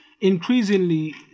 increasingly